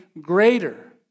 greater